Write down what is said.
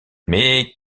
mais